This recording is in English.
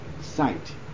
sight